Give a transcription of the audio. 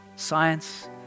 science